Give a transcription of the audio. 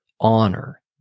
honor